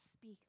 speak